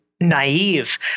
naive